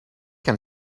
can